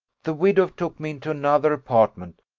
the widow took me into another apartment,